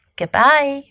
goodbye